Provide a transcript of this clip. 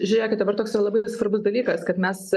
žiūrėkit dabar toks jau labai svarbus dalykas kad mes